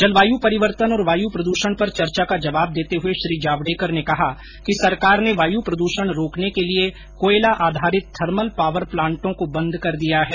जलवायु परिवर्तन और वायु प्रद्यषण पर चर्चा का जवाब देते हुए श्री जावड़ेकर ने कहा कि सरकार ने वायु प्रदूषण रोकने के लिए कोयला आधारित थर्मल पावर प्लांटों को बंद कर दिया है